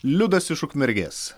liudas iš ukmergės